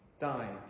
died